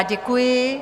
Děkuji.